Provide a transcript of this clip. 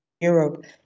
Europe